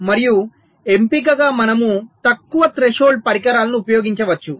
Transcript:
మరియు ఎంపికగా మనము తక్కువ త్రెషోల్డ్ పరికరాలను ఉపయోగించవచ్చు